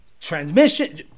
Transmission